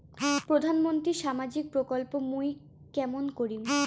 প্রধান মন্ত্রীর সামাজিক প্রকল্প মুই কেমন করিম?